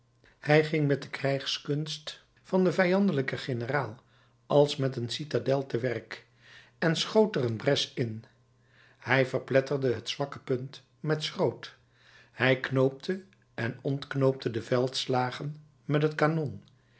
hij ging met de krijgskunst van den vijandelijken generaal als met een citadel te werk en schoot er bres in hij verplette het zwakke punt met schroot hij knoopte en ontknoopte de veldslagen met het kanon